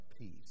peace